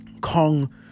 Kong